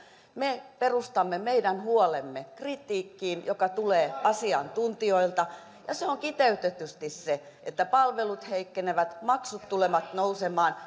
me perustamme meidän huolemme kritiikkiin joka tulee asiantuntijoilta ja se on kiteytetysti se että palvelut heikkenevät maksut tulevat nousemaan